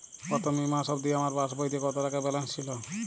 গত মে মাস অবধি আমার পাসবইতে কত টাকা ব্যালেন্স ছিল?